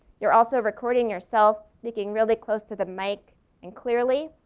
you're also recording yourself looking really close to the mic and clearly,